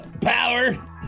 Power